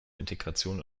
integration